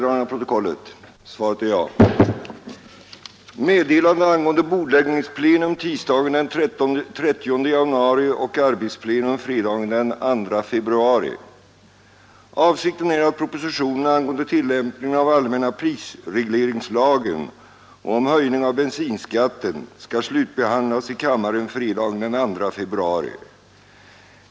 Avsikten är att propositionerna angående tillämpning av allmänna prisregleringslagen och om höjning av bensinskatten skall slutbehandlas i kammaren fredagen den 2 februari.